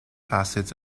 acids